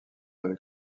avec